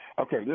Okay